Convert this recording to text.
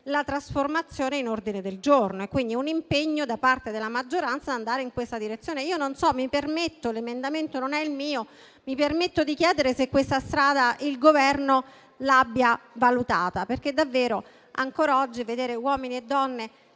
dell'emendamento in ordine del giorno e quindi in un impegno da parte della maggioranza ad andare in questa direzione. L'emendamento non è il mio, ma mi permetto di chiedere se questa strada il Governo l'abbia valutata, perché davvero ancora oggi vedere uomini e donne